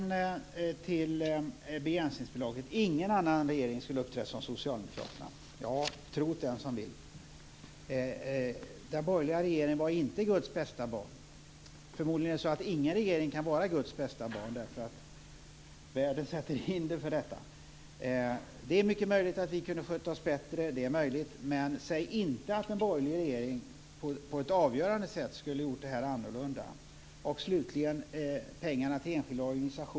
Näslund att ingen annan regering skulle ha uppträtt som den socialdemokratiska regeringen. Tro't den som vill. Den borgerliga regeringen var inte Guds bästa barn. Förmodligen är det så att ingen regering kan vara Guds bästa barn därför att världen sätter hinder för detta. Det är mycket möjligt att vi kunde ha skött oss bättre, men säg inte att en borgerlig regering på ett avgörande sätt skulle ha gjort annorlunda.